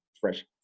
fresh